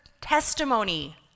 testimony